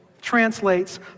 translates